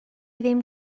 ddim